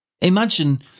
Imagine